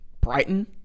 Brighton